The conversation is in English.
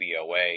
BOA